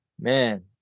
man